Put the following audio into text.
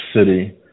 City